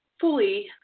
fully